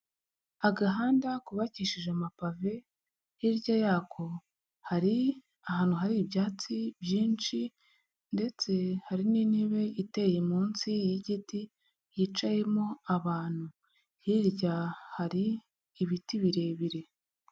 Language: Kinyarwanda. Agahanda kubabakishije amapave, hirya yako hari ahantu hari ibyatsi byinshi ndetse hari n'intebe iteye munsi y'igiti yicayemo abantu, hirya hari ibiti birebire.